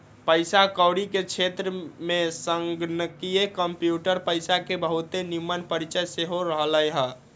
पइसा कौरी के क्षेत्र में संगणकीय कंप्यूटरी पइसा के बहुते निम्मन परिचय सेहो रहलइ ह